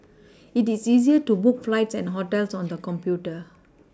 it is easier to book flights and hotels on the computer